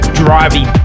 driving